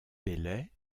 bellay